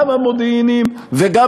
גם המודיעיניים וגם